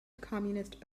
communist